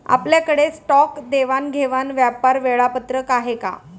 आपल्याकडे स्टॉक देवाणघेवाण व्यापार वेळापत्रक आहे का?